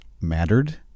mattered